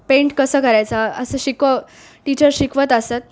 paint कसं करायचं असं शिकवा टीचर शिकवत असत